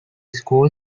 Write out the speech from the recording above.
school